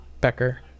Becker